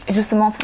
justement